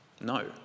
No